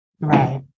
Right